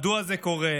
מדוע זה קורה?